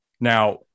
now